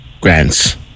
Grants